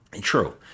true